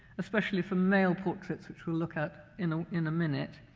especially for male portraits, which we'll look at in ah in a minute.